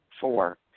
Four